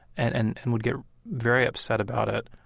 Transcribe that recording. and and and would get very upset about it.